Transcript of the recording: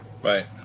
Right